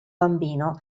bambino